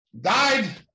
Died